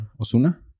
Osuna